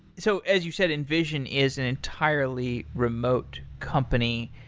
so as you've said, invision is an entirely remote company.